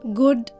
good